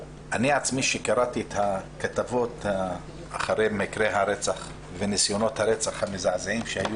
כשקראתי את הכתבות אחרי מקרי הרצח וניסיונות הרצח המזעזעים שהיו